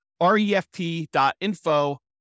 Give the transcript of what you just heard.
refp.info